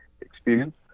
experience